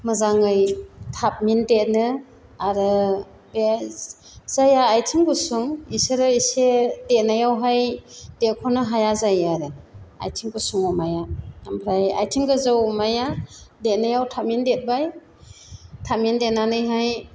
मोजाङै थाबैनो देरो आरो बे जायहा आथिं गुसुं बेसोरो एसे देरनायावहाय देरख'नो हाया जायो आरो आथिं गुसुं अमाया ओमफ्राय आथिं गोजौ अमाया देरनायाव थाबैनो देरबाय थाबैनो देरनानैहाय